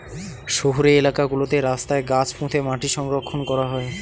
শহুরে এলাকা গুলোতে রাস্তায় গাছ পুঁতে মাটি সংরক্ষণ করা হয়